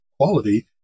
quality